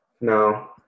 No